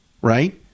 right